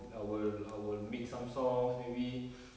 I will I will make some songs maybe